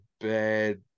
bad